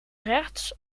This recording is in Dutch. rechts